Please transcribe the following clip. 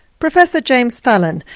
professor james fallon,